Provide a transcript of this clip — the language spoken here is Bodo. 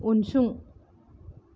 उनसुं